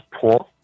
poor